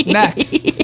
next